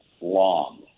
long